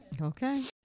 Okay